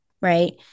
right